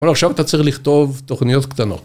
אבל עכשיו אתה צריך לכתוב תוכניות קטנות.